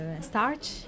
starch